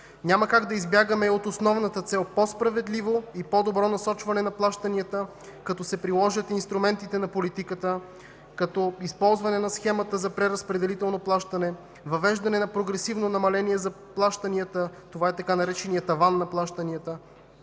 Няма как да избягаме от основната цел – по-справедливо и по-добро насочване на плащанията, като се приложат инструментите на политиката, като използване на схемата за преразпределително плащане, въвеждане на прогресивно намаление за плащанията – това е така нареченият „таван на плащанията”,